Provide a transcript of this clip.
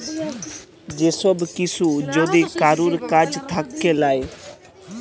যে সব কিসু যদি কারুর কাজ থাক্যে লায়